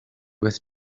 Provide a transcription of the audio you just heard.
with